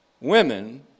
women